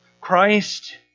Christ